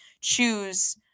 choose